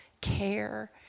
care